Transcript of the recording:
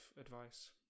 advice